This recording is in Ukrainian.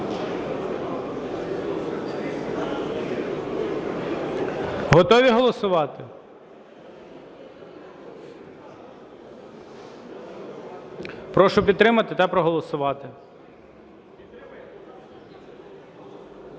Готові голосувати? Прошу підтримати та проголосувати.